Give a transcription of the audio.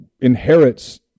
inherits